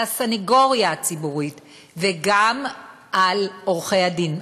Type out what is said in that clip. על הסנגוריה הציבורית וגם על עורכי-הדין,